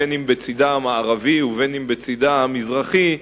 בין אם בצדה המערבי ובין אם בצדה המזרחי,